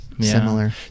Similar